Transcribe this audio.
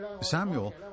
Samuel